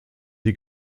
die